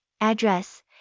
address